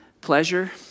pleasure